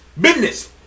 business